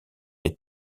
est